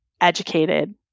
educated